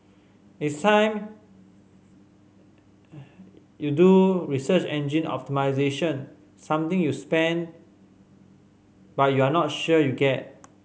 it's time you do research engine optimisation something you spend but you're not sure you get